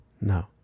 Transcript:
no